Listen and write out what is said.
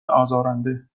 ازارنده